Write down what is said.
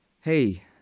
Hey